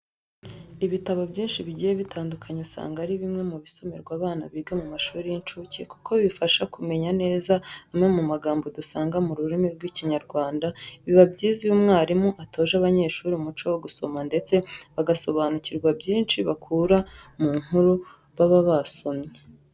Ibitabo byinshi bigiye bitandukanye usanga ari bimwe mu bisomerwa abana biga mu mashuri y'incuke kuko bibafasha kumenya neza amwe mu magambo dusanga mu rurimi rw'Ikinyarwanda. Biba byiza iyo umwarimu atoje abanyeshuri umuco wo gusoma ndetse bagasobanukirwa byinshi bakura mu nkuru baba basomye.